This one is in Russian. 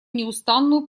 неустанную